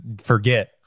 forget